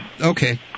okay